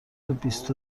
بیست